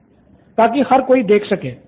student 4 ताकि हर कोई देख सके